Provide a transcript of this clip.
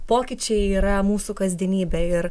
pokyčiai yra mūsų kasdienybė ir